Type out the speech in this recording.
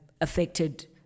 affected